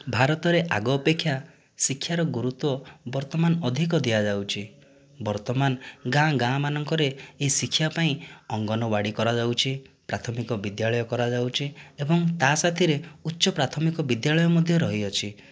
ଭାରତରେ ଆଗ ଅପେକ୍ଷା ଶିକ୍ଷାର ଗୁରୁତ୍ୱ ବର୍ତ୍ତମାନ ଅଧିକ ଦିଆଯାଉଛି ବର୍ତ୍ତମାନ ଗାଁ ଗାଁ ମାନଙ୍କରେ ଏହି ଶିକ୍ଷା ପାଇଁ ଅଙ୍ଗନବାଡ଼ି କରାଯାଉଛି ପ୍ରାଥମିକ ବିଦ୍ୟାଳୟ କରାଯାଉଛି ଏବଂ ତା ସାଥିରେ ଉଚ୍ଚ ପ୍ରାଥମିକ ବିଦ୍ୟାଳୟ ମଧ୍ୟ ରହିଅଛି